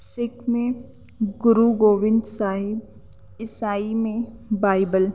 سکھ میں گرو گووند صاحب عیسائی میں بائبل